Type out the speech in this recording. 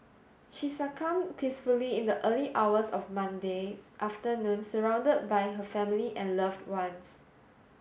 she succumbed peacefully in the early hours of Monday afternoon surrounded by her family and loved ones